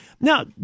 Now